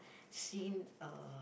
seen uh